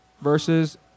versus